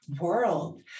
world